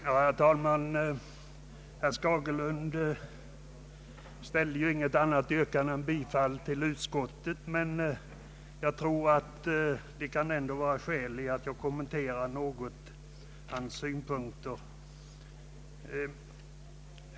Herr talman! Herr Skagerlund ställde inget annat yrkande än bifall till utskottet, men jag tror ändå det kan vara skäl att något kommentera hans synpunkter.